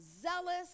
zealous